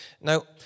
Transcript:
Now